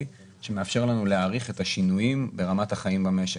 שמאפשר לנו להעריך את השינויים ברמת החיים במשק.